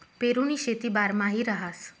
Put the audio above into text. पेरुनी शेती बारमाही रहास